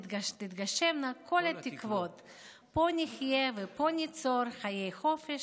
/ תתגשמנה כל התקוות./ פה נחיה ופה ניצור / חיי חופש,